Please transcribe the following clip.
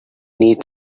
need